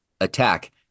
attack